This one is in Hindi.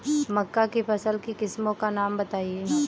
मक्का की फसल की किस्मों का नाम बताइये